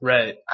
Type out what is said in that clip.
Right